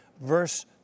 verse